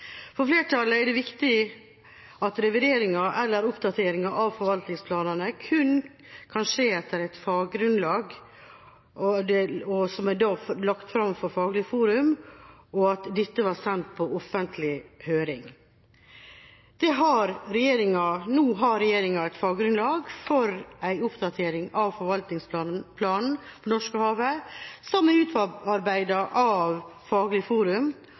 For flertallet er det viktig at revideringa eller oppdateringa av forvaltningsplanene kun kan skje etter et faggrunnlag som er lagt fram for Faglig forum, og etter at dette er sendt på offentlig høring. Nå har regjeringa et faggrunnlag for en oppdatering av forvaltningsplanen for Norskehavet, som er utarbeidet av Faglig forum,